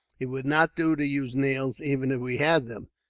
it would not do to use nails, even if we had them.